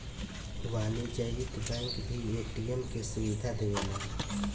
वाणिज्यिक बैंक भी ए.टी.एम के सुविधा देवेला